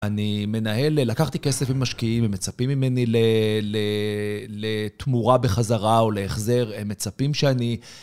אני מנהל, לקחתי כסף ממשקיעים, הם מצפים ממני לתמורה בחזרה או להחזר, הם מצפים שאני...